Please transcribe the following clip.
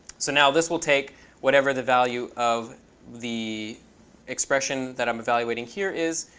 so now this will take whatever the value of the expression that i'm evaluating here is,